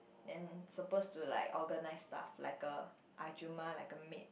and supposed to like organise stuff like a ahjumma like a maid